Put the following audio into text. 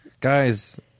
Guys